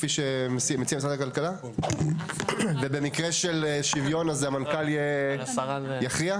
כפי שמציע משרד הכלכלה ובמקרה של שוויון המנכ"ל יכריע?